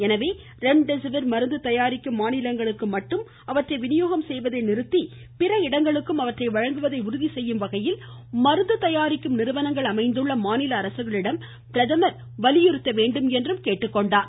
எனவே ரெம்டெசிவிர் மருந்து தயாரிக்கும் மாநிலங்களுக்கு மட்டும் அவற்றை விநியோகம் செய்வதை நிறுத்தி பிற இடங்களுக்கும் அவற்றை வழங்குவதை உறுதி செய்யும் வகையில் மருந்து தயாரிக்கும் நிறுவனங்கள் அமைந்துள்ள மாநில அரசுகளிடம் பிரதமர் வலியுறுத்த வேண்டும் என்றும் கேட்டுக்கொண்டார்